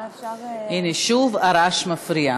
אולי אפשר, הנה, שוב הרעש מפריע.